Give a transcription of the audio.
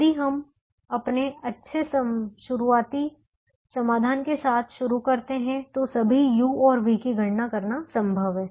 यदि हम अपने अच्छे शुरुआती समाधान के साथ शुरुआत करते हैं तो सभी u और v की गणना करना संभव है